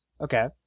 Okay